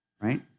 Right